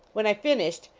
when i finished,